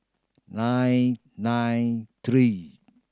nine nine three